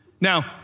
Now